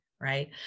right